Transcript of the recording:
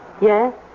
Yes